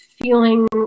feeling